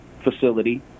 facility